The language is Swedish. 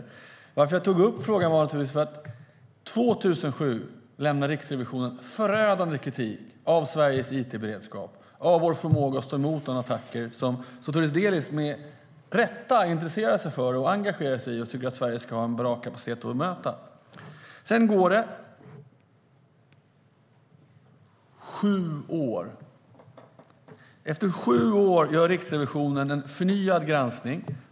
Anledningen till att jag tog upp det var naturligtvis att Riksrevisionen 2007 lämnade förödande kritik mot Sveriges it-beredskap och vår förmåga att stå emot de attacker Sotiris Delis med rätta intresserar sig för, engagerar sig i och tycker att Sverige ska ha en bra kapacitet att bemöta. Sedan går det sju år innan Riksrevisionen gör en förnyad granskning.